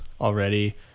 already